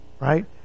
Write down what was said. right